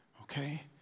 okay